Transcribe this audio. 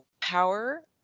power